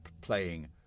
playing